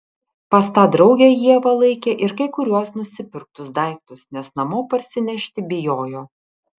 pas tą draugę ieva laikė ir kai kuriuos nusipirktus daiktus nes namo parsinešti bijojo